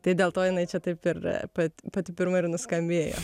tai dėl to jinai čia taip ir pat pati pirma ir nuskambėjo